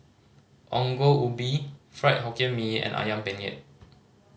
Ongol Ubi Fried Hokkien Mee and Ayam Penyet